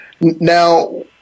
Now